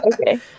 okay